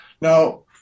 Now